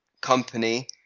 company